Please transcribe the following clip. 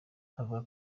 avuga